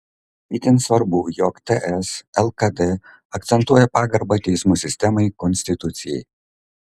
itin svarbu jog ts lkd akcentuoja pagarbą teismų sistemai konstitucijai